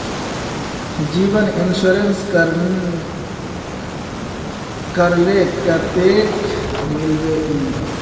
जीवन इंश्योरेंस करले कतेक मिलबे ई?